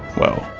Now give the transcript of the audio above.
well.